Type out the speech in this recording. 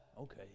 okay